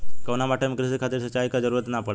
कउना माटी में क़ृषि खातिर सिंचाई क जरूरत ना पड़ेला?